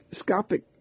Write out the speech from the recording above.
scopic